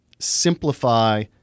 simplify